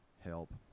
help